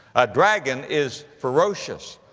a dragon is ferocious.